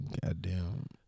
goddamn